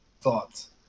thoughts